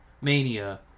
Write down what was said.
mania